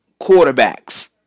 quarterbacks